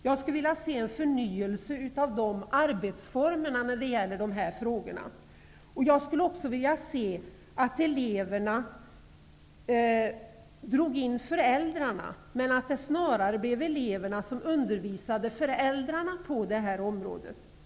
Jag skulle vilja se en förnyelse av dessa arbetsformer när det gäller dessa frågor. Jag skulle också vilja se att eleverna drog in föräldrarna, men att det snarare blev eleverna som undervisade föräldrarna på detta område.